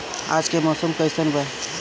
आज के मौसम कइसन बा?